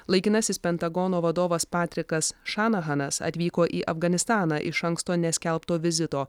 laikinasis pentagono vadovas patrikas šanahanas atvyko į afganistaną iš anksto neskelbto vizito